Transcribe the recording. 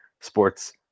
sports